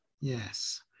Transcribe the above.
Yes